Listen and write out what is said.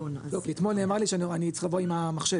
כי אתמול נאמר לי שאני צריך לבוא עם המחשב.